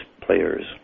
players